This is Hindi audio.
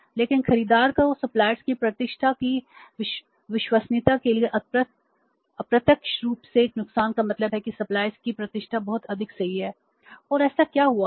लेकिन खरीदार को सप्लायर्स की प्रतिष्ठा बहुत अधिक सही है और ऐसा क्यों हुआ है